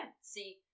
see